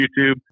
YouTube